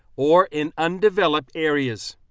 or in undeveloped areas.